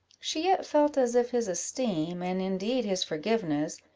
she yet felt as if his esteem, and indeed his forgiveness,